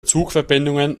zugverbindungen